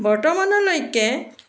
বৰ্তমানলৈকে